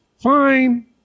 fine